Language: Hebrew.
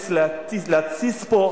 בדיוק אתמול סיפרתי משהו,